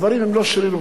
הדברים הם לא שרירותיים.